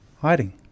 hiding